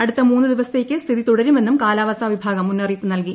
അടുത്ത മൂന്നു ദിവസത്തേക്ക് സ്ഥിതി തുടരുമെന്നും കാലാവസ്ഥാ വിഭാഗം മുന്നറിയിപ്പു നൽകി